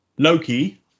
Loki